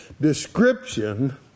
description